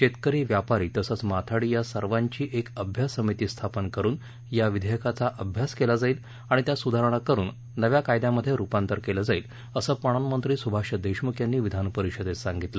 शेतकरी व्यापारी तसंच माथाडी या सर्वांची एक अभ्यास समिती स्थापन करुन या विधेयकाचा अभ्यास केला जाईल आणि त्यात सुधारणा करुन नव्या कायद्यामधे रुपांतर केलं जाईल असं पणन मंत्री सुभाष देशमुख यांनी विधान परिषदेत सांगितलं